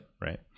Right